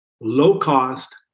low-cost